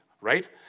right